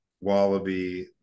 Wallaby